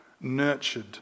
nurtured